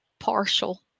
partial